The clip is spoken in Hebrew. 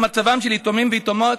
והוא מצבם של יתומים ויתומות,